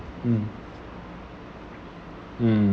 hmm